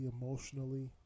emotionally